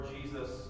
Jesus